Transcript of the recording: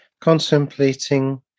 contemplating